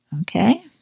Okay